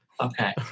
Okay